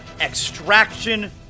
Extraction